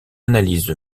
analyse